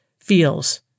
feels